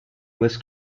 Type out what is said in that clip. was